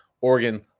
Oregon